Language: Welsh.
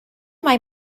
mai